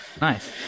nice